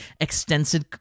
extensive